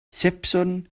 sipsiwn